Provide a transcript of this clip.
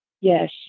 Yes